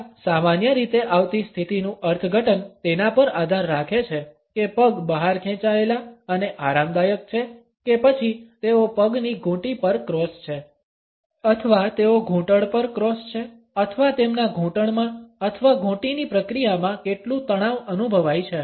આ સામાન્ય રીતે આવતી સ્થિતિનું અર્થઘટન તેના પર આધાર રાખે છે કે પગ બહાર ખેંચાયેલા અને આરામદાયક છે કે પછી તેઓ પગની ઘૂંટી પર ક્રોસ છે અથવા તેઓ ઘૂંટણ પર ક્રોસ છે અથવા તેમના ઘૂંટણમાં અથવા ઘૂંટીની પ્રક્રિયામાં કેટલું તણાવ અનુભવાય છે